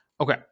Okay